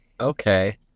Okay